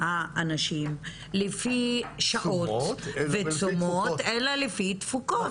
האנשים לפי שעות ותשומות אלא לפי תפוקות.